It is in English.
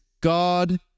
God